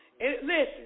listen